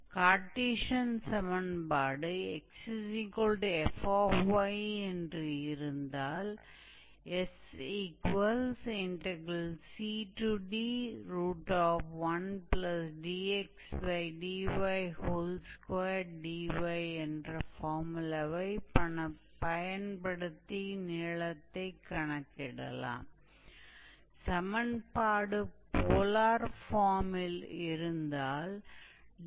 और फिर यहाँ हमारे पास 𝑑𝜃 होगा और हम उसे थीटा के प्रति इंटेग्रेट कर सकते हैं जिसे मैं नहीं जानता निश्चित बिंदु 𝛼 से 𝜃𝛽 जोकि है और यह हमें कर्व की आर्क की लंबाई देगा जो समीकरण 𝑟𝑓𝜃 द्वारा दिया गया है जो वास्तव में पोलर सेटिंग है